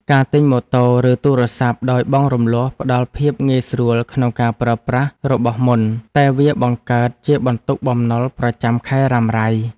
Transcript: ការទិញម៉ូតូ ឬទូរស័ព្ទដោយបង់រំលស់ផ្ដល់ភាពងាយស្រួលក្នុងការប្រើប្រាស់របស់មុន តែវាបង្កើតជាបន្ទុកបំណុលប្រចាំខែរ៉ាំរ៉ៃ។